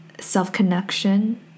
self-connection